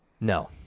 no